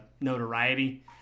notoriety